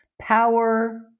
power